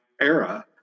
era